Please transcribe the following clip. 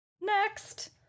Next